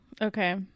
okay